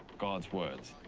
god's words?